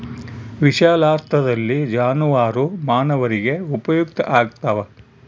ವಿಶಾಲಾರ್ಥದಲ್ಲಿ ಜಾನುವಾರು ಮಾನವರಿಗೆ ಉಪಯುಕ್ತ ಆಗ್ತಾವ